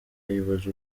yibaza